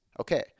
Okay